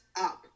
up